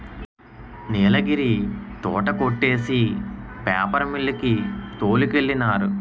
నీలగిరి తోట కొట్టేసి paper mill కి తోలికెళ్ళినారు